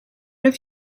have